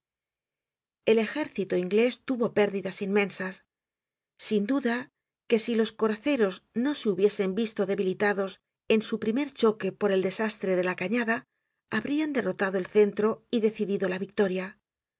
el ejército inglés tuvo pérdidas inmensas sin duda que si los coraceros no se hubiesen visto debilitados en su primer choque por el desastre de la cañada habrían derrotado el centro y decidido la victoria